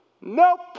Nope